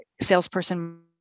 salesperson